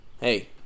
Hey